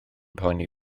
poeni